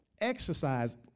exercise